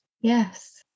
yes